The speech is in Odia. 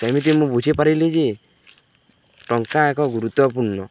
ସେମିତି ମୁଁ ବୁଝିପାରିଲି ଯେ ଟଙ୍କା ଏକ ଗୁରୁତ୍ୱପୂର୍ଣ୍ଣ